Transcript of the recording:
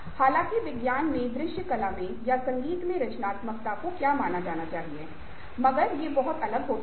हालांकि विज्ञान में दृश्य कला मे या संगीत में रचनात्मक को क्या माना जाना चाहिए मगर ये बहुत अलग हो सकता है